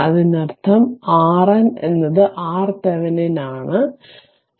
അതിനർത്ഥം RN എന്നത് RThevenin ആണ് 5Ω